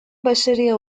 başarıya